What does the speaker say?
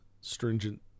stringent